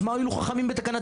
אז מה הועילו חכמים בתקנתם?